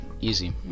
easy